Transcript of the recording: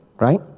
right